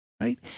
right